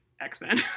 X-Men